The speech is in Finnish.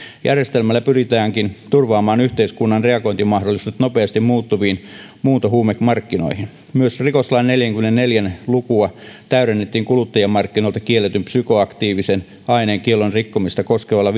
järjestelmällä pyritäänkin turvaamaan yhteiskunnan reagointimahdollisuudet nopeasti muuttuviin muuntohuumemarkkinoihin myös rikoslain neljäkymmentäneljä lukua täydennettiin kuluttajamarkkinoilta kielletyn psykoaktiivisen aineen kiellon rikkomista koskevalla